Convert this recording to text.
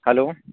hello